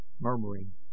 murmuring